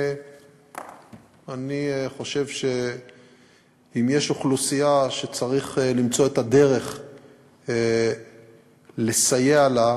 אני חושב שאם יש אוכלוסייה שצריך למצוא את הדרך לסייע לה,